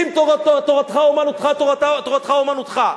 אם תורתך אומנותך, תורתך אומנותך.